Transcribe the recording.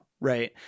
right